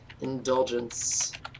indulgence